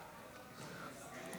השרים,